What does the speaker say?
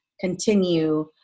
continue